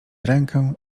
rękę